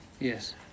Yes